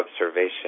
observation